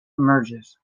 emerges